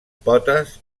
potes